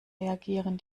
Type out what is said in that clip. reagieren